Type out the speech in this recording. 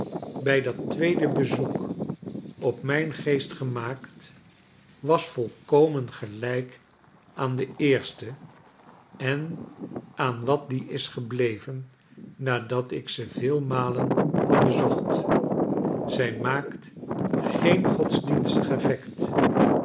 dat tweede bezoek op mijn geest gemaakt was volkomen gelijk aan den eersten en aan wat die is gebleven nadat ik ze veel malen had bezocht zij maakt